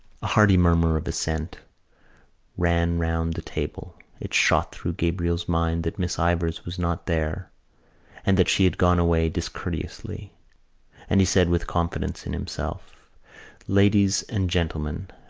a hearty murmur of assent ran round the table. it shot through gabriel's mind that miss ivors was not there and that she had gone away discourteously and he said with confidence in himself ladies and gentlemen,